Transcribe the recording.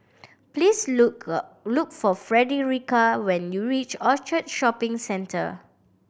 please look look for Fredericka when you reach Orchard Shopping Centre